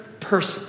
person